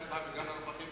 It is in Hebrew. לך וגם לנוכחים: